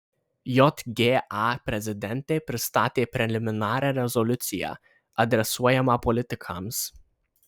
jga prezidentė pristatė preliminarią rezoliuciją adresuojamą politikams